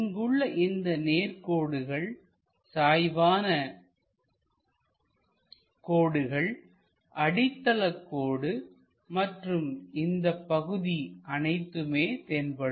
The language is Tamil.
இங்குள்ள இந்த நேர்கோடுகள்சாய்வான கோடுகள்அடித்தள கோடு மற்றும் இந்தப் பகுதி அனைத்துமே தென்படும்